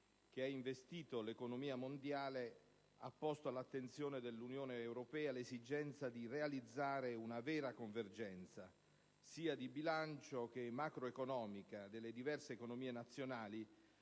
che ha investito l'economia mondiale ha posto all'attenzione dell'Unione europea l'esigenza di realizzare una vera convergenza, sia di bilancio che macroeconomica delle diverse economie nazionali,